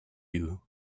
you